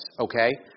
okay